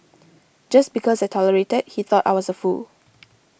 just because I tolerated he thought I was a fool